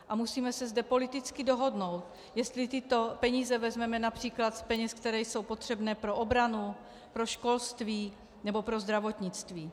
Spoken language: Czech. A musíme se zde politicky dohodnout, jestli tyto peníze vezmeme např. z peněz, které jsou potřebné pro obranu, pro školství nebo pro zdravotnictví.